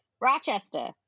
rochester